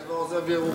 מודה ועוזב ירוחם.